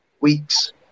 weeks